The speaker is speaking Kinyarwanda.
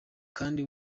kandi